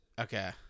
Okay